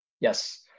Yes